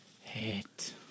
Hit